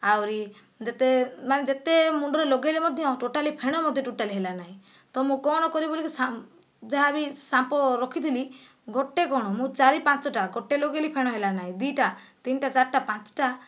ଆହୁରି ଯେତେ ମାନେ ଯେତେ ମୁଣ୍ଡରେ ଲଗେଇଲେ ମଧ୍ୟ ଟୋଟାଲି ଫେଣ ମଧ୍ୟ ଟୋଟାଲି ହେଲାନାହିଁ ତ ମୁଁ କ'ଣ କରିବି ବୋଲିକି ଯାହା ବି ସାମ୍ପୋ ରଖିଥିଲି ଗୋଟିଏ କ'ଣ ମୁଁ ଚାରି ପାଞ୍ଚଟା ଗୋଟିଏ ଲଗେଇଲି ଫେଣ ହେଲାନାହିଁ ଦୁଇଟା ତିନିଟା ଚାରିଟା ପାଞ୍ଚଟା